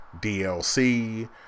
dlc